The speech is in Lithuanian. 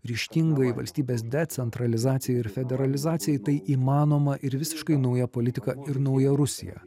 ryžtingai valstybės decentralizacijai ir federalizacijai tai įmanoma ir visiškai nauja politika ir nauja rusija